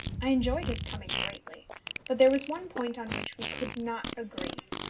i enjoyed his coming greatly but there was one point on which we could not agree.